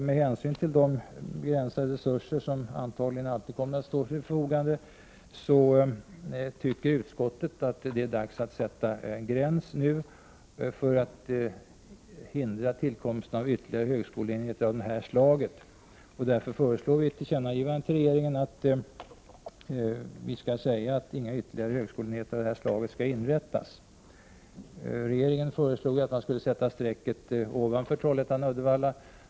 Med hänsyn till de begränsade resurser som antagligen alltid står till förfogande tycker vi i utskottet att det är dags att sätta en gräns för att hindra tillkomsten av ytterligare högskoleenheter av detta slag. Därför föreslår vi ett tillkännagivande till regeringen att inga ytterligare högskoleenheter av detta slag skall inrättas. Regeringen föreslår ju att man skall sätta strecket ovanför Trollhättan-Uddevalla.